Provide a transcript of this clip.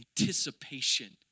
anticipation